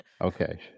okay